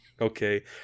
Okay